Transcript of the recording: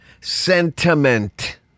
sentiment